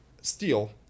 steel